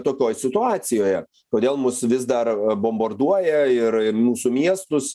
tokioj situacijoje kodėl mus vis dar bombarduoja ir mūsų miestus